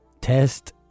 Test